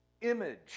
image